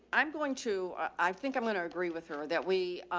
i'm going to, i think i'm going to agree with her that we,